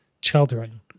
children